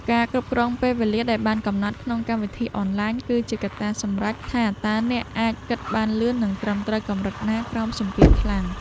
ការគ្រប់គ្រងពេលវេលាដែលបានកំណត់ក្នុងកម្មវិធីអនឡាញគឺជាកត្តាសម្រេចថាតើអ្នកអាចគិតបានលឿននិងត្រឹមត្រូវកម្រិតណាក្រោមសម្ពាធខ្លាំង។